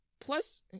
Plus